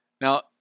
Now